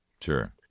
Sure